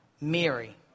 Mary